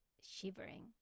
shivering